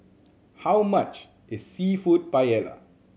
how much is Seafood Paella